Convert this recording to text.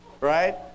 Right